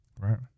Right